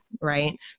right